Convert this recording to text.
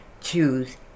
choose